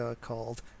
called